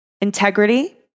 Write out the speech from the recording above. integrity